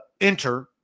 enter